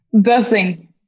Buzzing